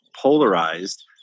polarized